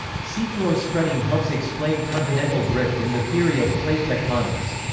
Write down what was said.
seafloor spreading helps explain continental drift in the theory of plate tectonics.